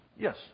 Yes